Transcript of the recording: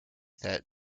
that